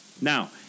Now